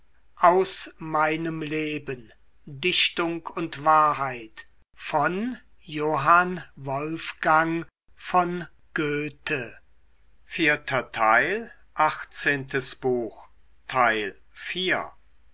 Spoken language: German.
aus meinem leben dichtung und wahrheit